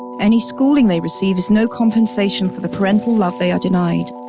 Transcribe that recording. any schooling they receive is no compensation for the parental love they are denied,